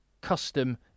custom